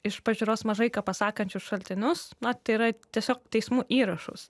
iš pažiūros mažai ką pasakančius šaltinius na tai yra tiesiog teismų įrašus